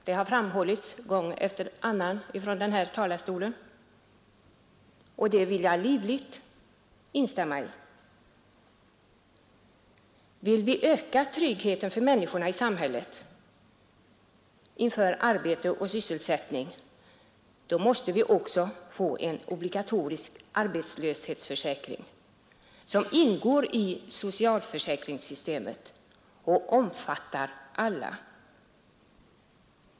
Det har framhållits gång efter annan från denna talarstol, och det vill jag villigt instämma i. Vill vi öka tryggheten till arbete och sysselsättning för människorna i samhället, måste vi också få en obligatorisk arbetslöshetsförsäkring, som ingår i socialförsäkringssystemet och omfattar alla.